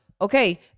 okay